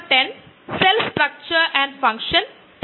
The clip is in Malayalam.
ഞാൻ ഇവിടെ സ്ക്രീൻ പരമാവധി വലുതാകട്ടെ